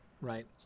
right